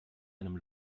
einem